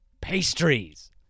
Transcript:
pastries